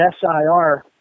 SIR